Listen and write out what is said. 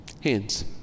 Hands